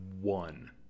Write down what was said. one